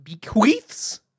bequeaths